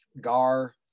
gar